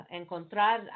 encontrar